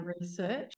research